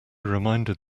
reminded